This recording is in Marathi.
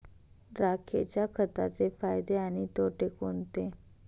राखेच्या खताचे फायदे आणि तोटे कोणते?